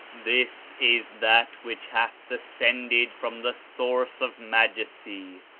this is that which hath descended from the source of majesty,